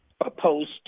opposed